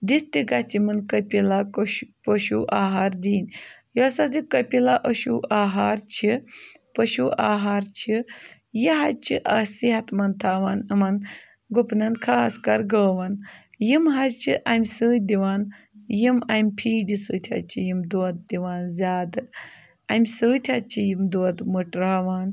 دِتھ تہِ گژھِ یِمَن کٔپِلاکوٚش پشوٗ آہار دِنۍ یۄس حظ یہِ کٔپِلا أشوٗ آہار چھِ پشوٗ آہار چھِ یہِ حظ چھِ اَسہِ صحت مَنٛد تھاوان یِمَن گُپنَن خاص کَر گٲوَن یِم حظ چھِ اَمہِ سۭتۍ دِوان یِم اَمہِ فیٖدِ سۭتۍ حظ چھِ یِم دۄد دِوان زیادٕ اَمہِ سۭتۍ حظ چھِ یِم دۄد مٔٹراوان